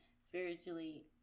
spiritually